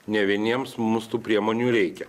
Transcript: ne vieniems mums tų priemonių reikia